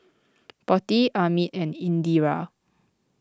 Potti Amit and Indira